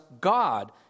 God